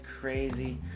crazy